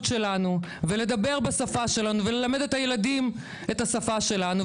שלנו ולדבר בשפה שלנו וללמד את הילדים את השפה שלנו.